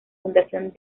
fundación